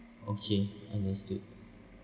okay understood